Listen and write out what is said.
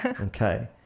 Okay